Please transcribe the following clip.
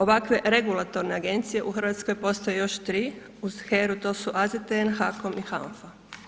Ovakve regulatorne agencije u Hrvatskoj postoje još 3, uz HERA-u, to su AZTN, HAKOM I HANFA.